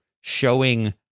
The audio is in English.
showing